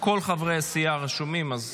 כל חברי הסיעה רשומים, אז